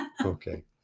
okay